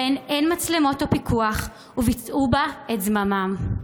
שבהן אין מצלמות או פיקוח, וביצעו בה את זממם.